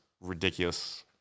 ridiculous